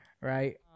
right